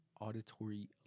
auditory